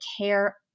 care